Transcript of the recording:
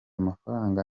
mafaranga